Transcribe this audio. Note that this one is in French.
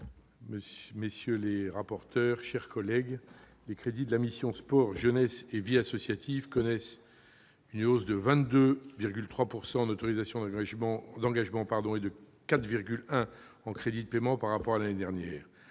messieurs les rapporteurs, mes chers collègues, les crédits de la mission « Sport, jeunesse et vie associative » connaissent une hausse de 22,3 % en autorisations d'engagement et de 4,1 % en crédits de paiement par rapport à l'année dernière.